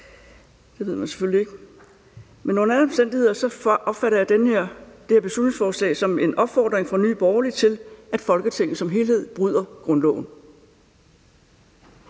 Det ved man selvfølgelig ikke. Men under alle omstændigheder opfatter jeg det her beslutningsforslag som en opfordring fra Nye Borgerlige til, at Folketinget som helhed bryder grundloven.